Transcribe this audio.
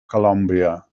colombia